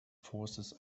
forces